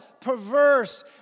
perverse